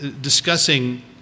discussing